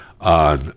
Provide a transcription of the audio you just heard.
on